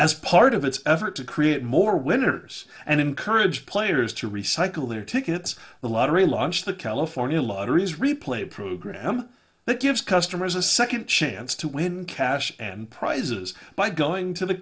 as part of its effort to create more winners and encourage players to recycle their tickets the lottery launched the california lotteries replay program that gives customers a second chance to win cash and prizes by going to the